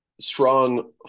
strong